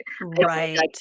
Right